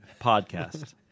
podcast